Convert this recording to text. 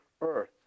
earth